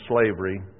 slavery